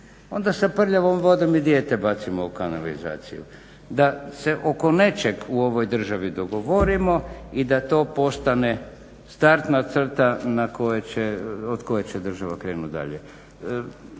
onda sa prljavom vodom i dijete bacimo u kanalizaciju. Da se oko nečeg u ovoj državi dogovorimo i da to postane startna crta od koje će država krenuti dalje.